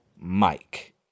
Mike